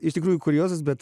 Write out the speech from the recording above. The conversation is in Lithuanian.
iš tikrųjų kuriozas bet